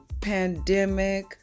pandemic